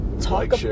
talk